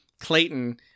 Clayton